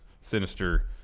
Sinister